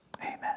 Amen